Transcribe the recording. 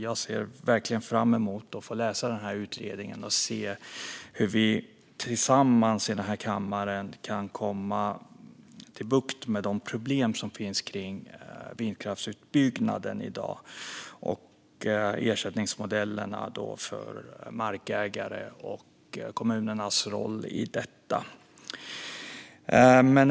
Jag ser verkligen fram emot att få läsa utredningen och se hur vi tillsammans i den här kammaren kan få bukt med de problem som finns kring vindkraftsutbyggnaden i dag. Det gäller ersättningsmodellerna för markägare och kommunernas roll i detta.